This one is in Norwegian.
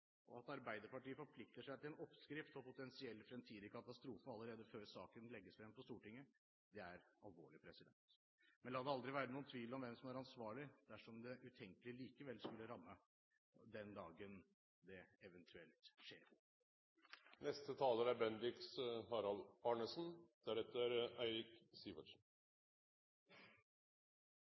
og at Arbeiderpartiet forplikter seg til en oppskrift for potensiell fremtidig katastrofe allerede før saken legges frem for Stortinget, det er alvorlig. Men la det aldri være noen tvil om hvem som er ansvarlig dersom det utenkelige likevel skulle ramme, den dagen det eventuelt skjer.